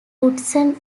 hudson